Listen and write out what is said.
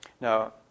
Now